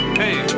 hey